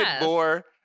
more